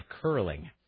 curling